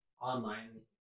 online